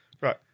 Right